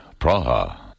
Praha